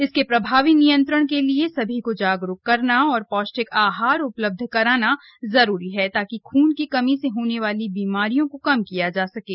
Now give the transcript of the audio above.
इसके प्रभावी नियंत्रण के लिए सभी को जागरूक करना और पौष्टिक आहार उपलब्ध कराना जरूरी हैं ताकि खून की कमी से होने वाले बीमारियों को कम किया जा सकें